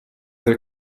del